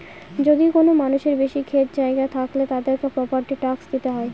যদি কোনো মানুষের বেশি ক্ষেত জায়গা থাকলে, তাদেরকে প্রপার্টি ট্যাক্স দিতে হয়